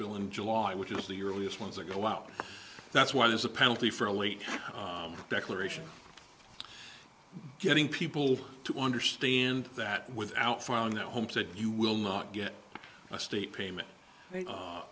bill in july which is the earliest ones that go out that's why there's a penalty for a late declaration getting people to understand that without filing their homes that you will not get a state payment